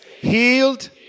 healed